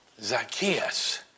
Zacchaeus